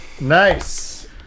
Nice